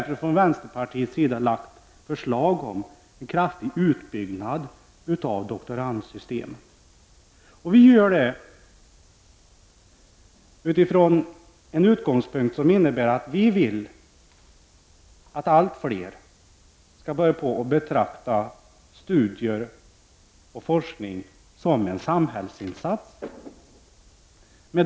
Från vänsterpartiets sida har vi därför lagt fram förslag om en kraftig utbyggnad av doktorandsystemet. Utgångspunkten har varit vår önskan att allt fler skall börja betrakta studier och forskning som en samhällsinsats.